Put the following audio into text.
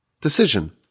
decision